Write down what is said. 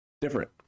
Different